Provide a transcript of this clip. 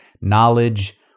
knowledge